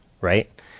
right